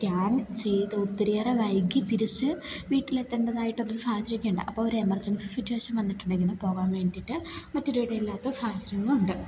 scan ചെയ്ത് ഒത്തിരിയേറെ വൈകി തിരിച്ച് വീട്ടിലെത്തേണ്ടതായിട്ട് ഒരു സാഹചര്യമൊക്കെ ഉണ്ട് അപ്പോൾ ഒരു എമർജൻസി സിറ്റുവേഷൻ വന്നിട്ടുണ്ടെങ്കിൽ പോകാൻ വേണ്ടിയിട്ട് മറ്റൊരു വഴി ഇല്ലാത്ത സാഹചര്യങ്ങളുണ്ട്